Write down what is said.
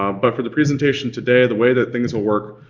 ah but for the presentation today the way that things will work,